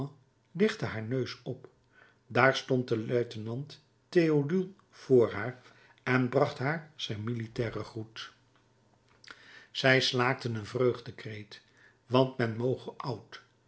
lichtte haar neus op daar stond de luitenant théodule voor haar en bracht haar zijn militairen groet zij slaakte een vreugdekreet want men moge oud